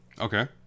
Okay